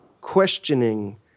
questioning